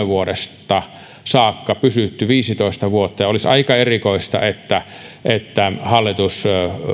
vuodesta kaksituhattakolme saakka pysytty viisitoista vuotta ja olisi aika erikoista että että hallitus